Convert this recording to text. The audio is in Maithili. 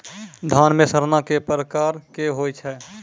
धान म सड़ना कै प्रकार के होय छै?